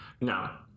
No